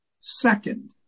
second